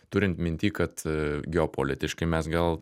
turint minty kad geopolitiškai mes gal